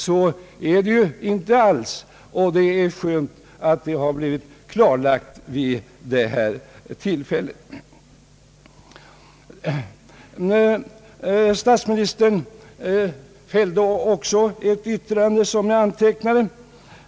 Så förhåller det sig ju inte alls, och det är skönt att detta blivit klarlagt vid detta tillfälle. Statsministern fällde också ett annat yttrande som jag antecknade.